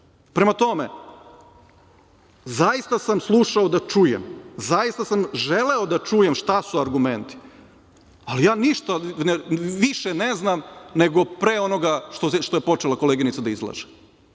itd. Prema tome, zaista sam slušao da čujem, zaista sam želeo da čujem šta su argumenti, ali ja ništa više ne znam nego pre onoga što je počela koleginica da izlaže.